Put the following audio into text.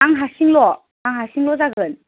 आं हारसिंल' आं हारसिंल' जागोन